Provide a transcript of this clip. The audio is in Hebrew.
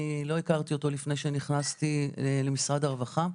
אני לא הכרתי אותו לפני שנכנסתי למשרד הרווחה.